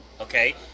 Okay